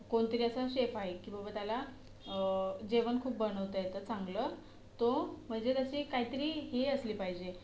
कोणीतरी असा शेफ आहे की बाबा त्याला जेवण खूप बनवता येतं चांगलं तो म्हणजे त्याची काहीतरी ही असली पाहिजे